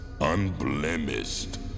unblemished